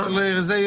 אם הוא ירצה,